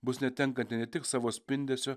bus netenkanti ne tik savo spindesio